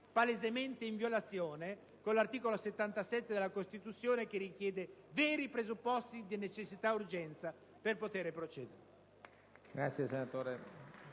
palesemente in violazione dell'articolo 77 della Costituzione che richiede veri presupposti di necessità ed urgenza per poter procedere.